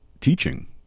teaching